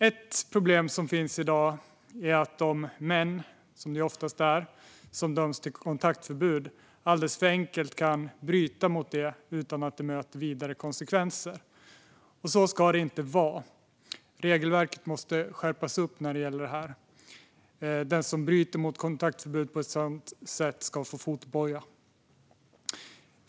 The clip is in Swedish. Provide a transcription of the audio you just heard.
Ett problem som finns i dag är att män, som det oftast är, som dömts till kontaktförbud alldeles för enkelt kan bryta mot det utan att det får vidare konsekvenser. Så ska det inte vara. Regelverket måste skärpas här. Den som bryter mot ett kontaktförbud ska få fotboja.